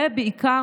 ובעיקר,